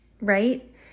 right